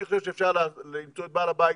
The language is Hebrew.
אני חושב שאפשר למצוא את בעל הבית